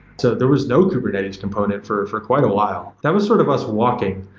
so, there was no kubernetes component for for quite a while. that was sort of us walking.